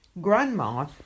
grandma